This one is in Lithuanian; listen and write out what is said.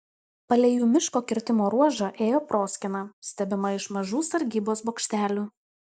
palei jų miško kirtimo ruožą ėjo proskyna stebima iš mažų sargybos bokštelių